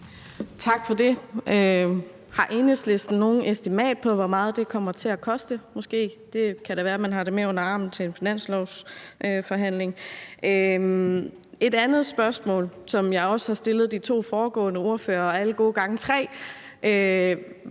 Tak for det. Har Enhedslisten noget estimat på, hvor meget det kommer til at koste, måske? Det kan da være, man har det med under armen til en finanslovsforhandling. Et andet spørgsmål, som jeg også har stillet de to foregående ordførere – og alle gode gange tre